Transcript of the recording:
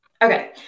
okay